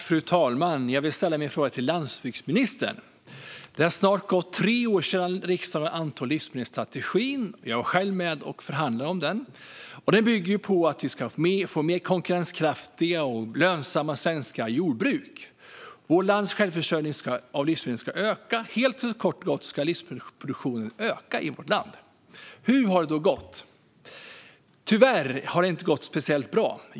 Fru talman! Jag vill ställa min fråga till landsbygdsministern. Det har snart gått tre år sedan riksdagen antog livsmedelsstrategin. Jag var själv med och förhandlade om den. Den bygger på att vi ska få fler konkurrenskraftiga och lönsamma svenska jordbruk. Vårt lands självförsörjning av livsmedel ska öka. Livsmedelsproduktionen ska kort och gott öka i vårt land. Hur har det då gått? Tyvärr har det inte gått speciellt bra.